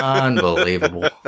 Unbelievable